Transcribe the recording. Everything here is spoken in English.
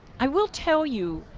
i will tell you,